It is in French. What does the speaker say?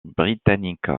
britannique